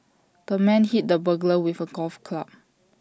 the man hit the burglar with A golf club